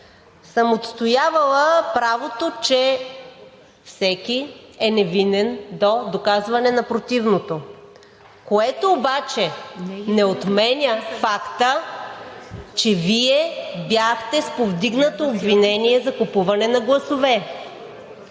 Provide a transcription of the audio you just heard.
съм отстоявала правото, че всеки е невинен до доказване на противното, което обаче не отменя факта, че Вие бяхте с повдигнато обвинение за купуване на гласове.